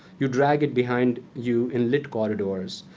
you drag it behind you in lit corridors.